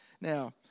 Now